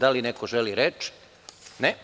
Da li neko želi reč? (Ne.)